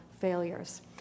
failures